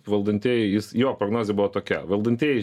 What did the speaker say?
valdantieji jis jo prognozė buvo tokia valdantieji